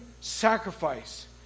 sacrifice